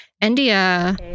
India